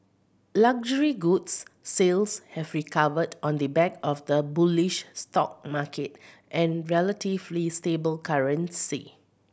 luxury goods sales have recovered on the back of the bullish stock market and relatively stable currency